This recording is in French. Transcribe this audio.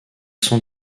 sont